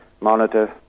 monitor